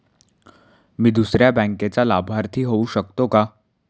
मी दुसऱ्या बँकेचा लाभार्थी होऊ शकतो का?